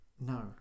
no